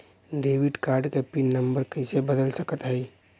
Debit card क pin number कइसे बदल सकत हई?